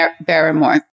Barrymore